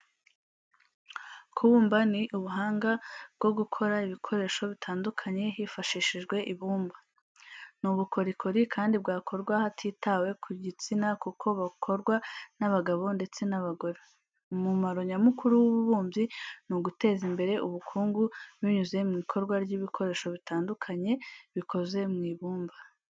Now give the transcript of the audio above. Kubumba ni ubuhanga bwo gukora ibikoresho bitandukanye hifashishijwe ibumba. Ni ubukorikori kandi bwakorwa hatitawe ku gitsina kuko bukorwa n'abagabo ndetse n'abagore. Umumaro nyamukuru w'ububumbyi ni uguteza imbere ubukungu binyuze mu ikorwa ry'ibikoresho bitandukanye bikoze mu ibumba.